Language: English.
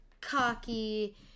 cocky